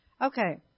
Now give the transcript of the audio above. Okay